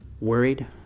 worried